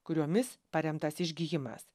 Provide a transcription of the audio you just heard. kuriomis paremtas išgijimas